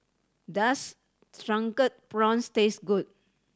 does Drunken Prawns taste good